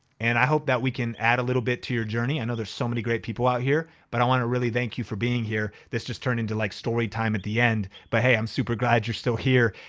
and i hope that we can add a little bit to your journey. i know there's so many great people out here. but i wanna really thank you for being here. this just turned into like story time at the end, but hey, i'm super glad you're still here.